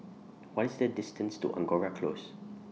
What IS The distance to Angora Close